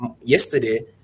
yesterday